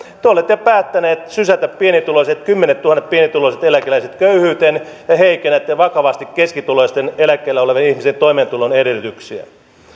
te olette päättäneet sysätä kymmenettuhannet pienituloiset eläkeläiset köyhyyteen ja heikennätte vakavasti keskituloisten eläkkeellä olevien ihmisten toimeentulon edellytyksiä